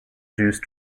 juice